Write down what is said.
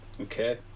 okay